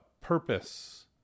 purpose